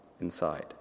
inside